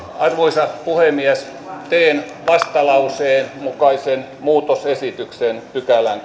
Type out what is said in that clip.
arvoisa puhemies teen vastalauseen mukaisen muutosesityksen kolmanteenkymmenenteenseitsemänteen pykälään